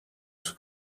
sous